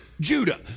Judah